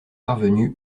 parvenu